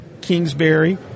Kingsbury